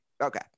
okay